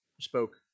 spoke